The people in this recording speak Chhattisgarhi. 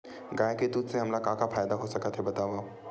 गाय के दूध से हमला का का फ़ायदा हो सकत हे बतावव?